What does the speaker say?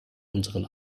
unseren